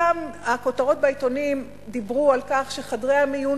הכותרות בעיתונים דיברו על כך שחדרי המיון